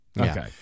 Okay